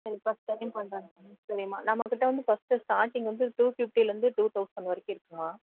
சரி first time பண்றீங்க சரிம்மா நம்மக்கிட்ட வந்து ஃபஸ்ட்டு ஸ்டார்ட்டிங் வந்து டூ ஃபிஃப்ட்டிலேருந்து டூ தௌசண் வரைக்கும் இருக்குதும்மா